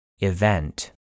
Event